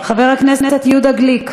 חבר הכנסת יהודה גליק,